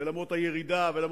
ולמרות הירידה בו,